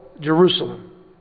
Jerusalem